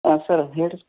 ಹಾಂ ಸರ್ ಹೇಳ್ರೀ